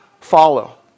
follow